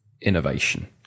innovation